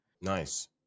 Nice